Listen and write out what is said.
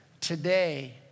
today